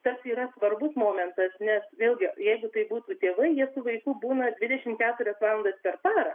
tas yra svarbus momentas nes vėlgi jeigu tai būtų tėvai jie su vaiku būna dvidešimt keturias valandas per parą